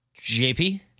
JP